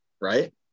right